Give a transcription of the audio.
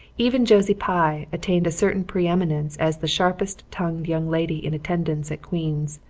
even josie pye attained a certain preeminence as the sharpest-tongued young lady in attendance at queen's.